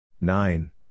nine